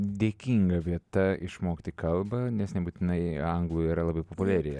dėkinga vieta išmokti kalbą nes nebūtinai anglų yra labai populiari